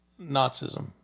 Nazism